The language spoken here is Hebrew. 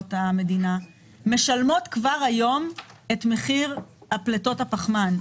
המדינה משלמות כבר היום את מחיר פליטות הפחמן,